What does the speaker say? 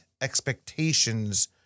expectations